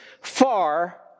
far